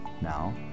Now